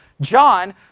John